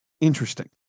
interesting